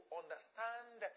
understand